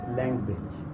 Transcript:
language